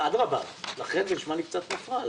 אדרבה, לכן זה נשמע לי קצת מופרז.